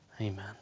Amen